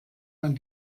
man